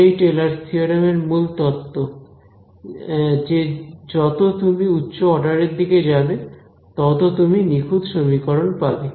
এটাই Taylor's theorem Taylor's theorem এর মূল তত্ত্ব যে যত তুমি উচ্চ অর্ডারের দিকে যাবে ততো তুমি নিখুঁত সমীকরণ পাবে